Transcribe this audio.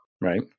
Right